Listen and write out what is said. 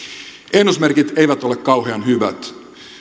ennusmerkit eivät ole kauhean hyvät